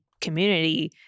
community